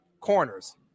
corners